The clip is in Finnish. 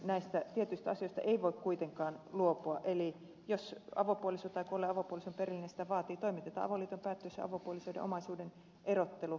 näistä tietyistä asioista ei voi kuitenkaan luopua eli jos avopuolison tai kuolleen avopuolison perillinen sitä vaatii toimitetaan avoliiton päättyessä avopuolisoiden omaisuuden erottelu